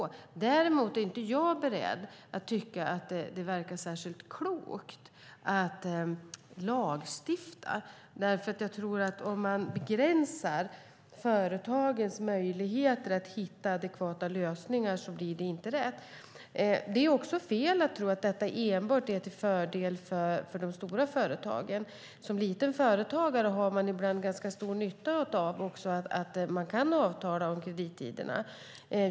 Jag är däremot inte beredd att tycka att det verkar särskilt klokt att lagstifta, för jag tror att om man begränsar företagens möjligheter att hitta adekvata lösningar så blir det inte rätt. Det är också fel att tro att detta enbart är till fördel för de stora företagen. Som liten företagare har man ibland ganska stor nytta av att kunna avtala om kredittiderna.